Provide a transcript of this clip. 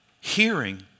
hearing